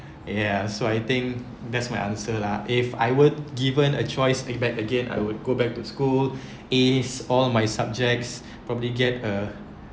ya so I think that's my answer lah if I were given a choice it back again I would go back to school ace all my subjects probably get uh